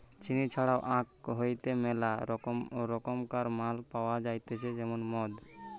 চিনি ছাড়াও আখ হইতে মেলা রকমকার মাল পাওয়া যাইতেছে যেমন মদ